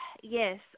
Yes